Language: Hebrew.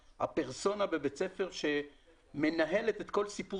הפרסונה בבית הספר שמנהלת את כל סיפור